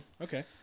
Okay